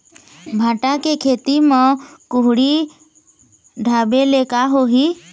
भांटा के खेती म कुहड़ी ढाबे ले का होही?